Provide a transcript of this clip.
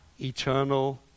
eternal